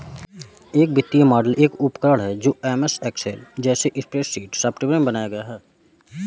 एक वित्तीय मॉडल केवल एक उपकरण है जो एमएस एक्सेल जैसे स्प्रेडशीट सॉफ़्टवेयर में बनाया गया है